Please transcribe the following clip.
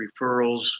referrals